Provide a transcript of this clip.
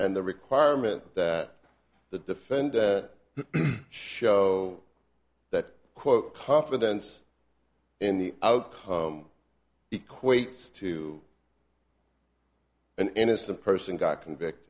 and the requirement that the defend show that quote confidence in the outcome equates to an innocent person got convict